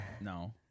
No